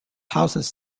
houses